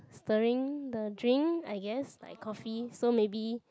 stirring the drink I guess like coffee so maybe